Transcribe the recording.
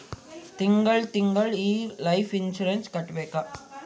ತಿಂಗಳ ತಿಂಗಳಾ ಈ ಲೈಫ್ ಇನ್ಸೂರೆನ್ಸ್ ಕಟ್ಬೇಕು